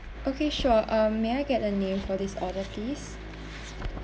okay sure um may I get a name for this order please